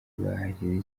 bahasize